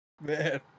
Man